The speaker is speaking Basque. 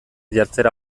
jartzera